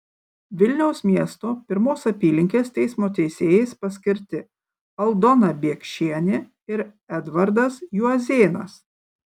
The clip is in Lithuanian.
vilniaus miesto pirmos apylinkės teismo teisėjais paskirti aldona biekšienė ir edvardas juozėnas